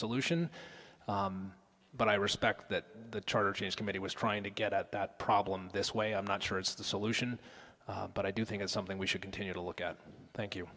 solution but i respect that the charges committee was trying to get at that problem this way i'm not sure it's the solution but i do think it's something we should continue to look at thank you